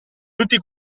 tutti